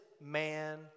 man